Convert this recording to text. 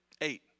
Eight